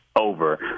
over